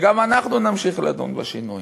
וגם אנחנו נמשיך לדון בשינויים,